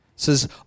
says